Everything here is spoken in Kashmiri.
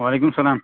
وعلیکُم سَلام